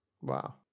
Wow